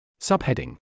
Subheading